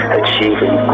achieving